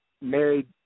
married